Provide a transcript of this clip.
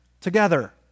together